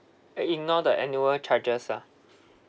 and ignore the annual charges ah